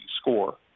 score